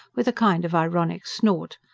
with a kind of ironic snort.